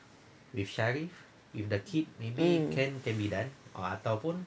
um